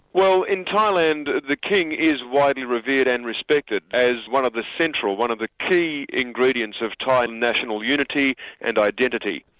well in thailand, the king is widely revered and respected as one of the central, one of the key ingredients of thai national unity and identity.